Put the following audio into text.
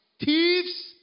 thieves